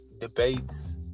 debates